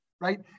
right